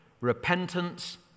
Repentance